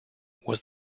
was